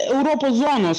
europos zonos